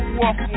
walk